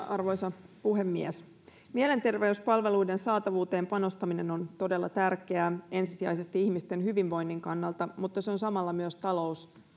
arvoisa puhemies mielenterveyspalveluiden saatavuuteen panostaminen on todella tärkeää ensisijaisesti ihmisten hyvinvoinnin kannalta mutta se on samalla myös talous